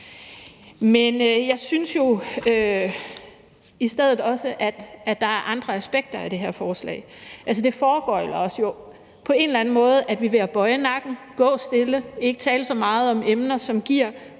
Men jeg synes også, at der andre aspekter i det her forslag. Det foregøgler os jo på en eller anden måde, at vi ved at bøje nakken, gå stille og ikke tale så meget om emner, som giver